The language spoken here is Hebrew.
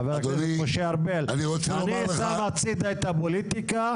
חבר הכנסת משה ארבל, אני שם הצידה את הפוליטיקה.